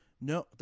No